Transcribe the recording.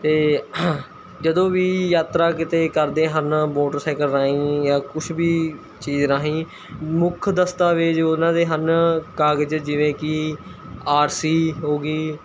ਅਤੇ ਜਦੋਂ ਵੀ ਯਾਤਰਾ ਕਿਤੇ ਕਰਦੇ ਹਨ ਮੋਟਰਸਾਈਕਲ ਰਾਹੀਂ ਜਾਂ ਕੁਛ ਵੀ ਚੀਜ਼ ਰਾਹੀਂ ਮੁੱਖ ਦਸਤਾਵੇਜ਼ ਉਹਨਾਂ ਦੇ ਹਨ ਕਾਗਜ਼ ਜਿਵੇਂ ਕਿ ਆਰ ਸੀ ਹੋ ਗਈ